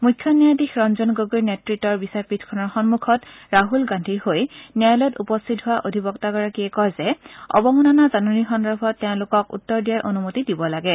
মুখ্য ন্যায়াধীশ ৰঞ্জন গগৈৰ নেত়ত্বৰ বিচাৰপীঠখনৰ সন্মুখত ৰাহুল গান্ধীৰ হৈ ন্যায়ালয়ত উপস্থিত হোৱা অধিবক্তাগৰাকীয়ে কয় যে অৱমাননা জাননীৰ সন্দৰ্ভত তেওঁলোকক উত্তৰ দিয়াৰ অনুমতি দিব লাগে